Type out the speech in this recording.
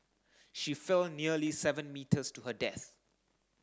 she fell nearly seven metres to her death